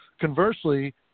Conversely